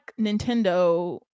Nintendo